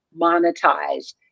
monetize